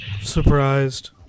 Surprised